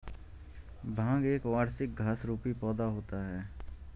भांग एक वार्षिक घास रुपी पौधा होता है